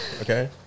okay